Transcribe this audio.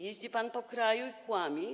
Jeździ pan po kraju i kłamie.